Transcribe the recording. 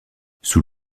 sous